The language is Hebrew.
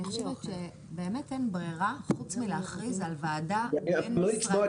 אני חושבת שבאמת אין ברירה חוץ מלהכריז על ועדה בינמשרדית,